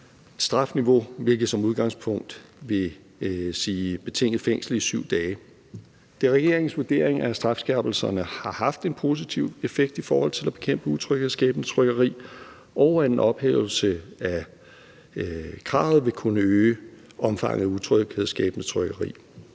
vil sige betinget fængsel i 7 dage. Det er regeringens vurdering, at strafskærpelserne har haft en positiv effekt i forhold til at bekæmpe utryghedsskabende tiggeri, og at en ophævelse af kravet ville kunne øge omfanget af utryghedsskabende tiggeri.